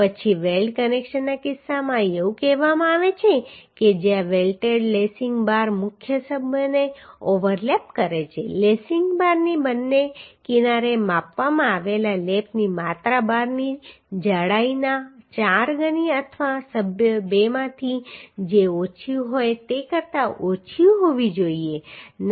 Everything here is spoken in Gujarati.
પછી વેલ્ડ કનેક્શનના કિસ્સામાં એવું કહેવામાં આવે છે કે જ્યાં વેલ્ડેડ લેસિંગ બાર મુખ્ય સભ્યોને ઓવરલેપ કરે છે લેસિંગ બારની બંને કિનારે માપવામાં આવેલા લેપની માત્રા બારની જાડાઈના ચાર ગણી અથવા સભ્યો બેમાંથી જે ઓછી હોય તે કરતાં ઓછી હોવી જોઈએ નહીં